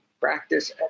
Practice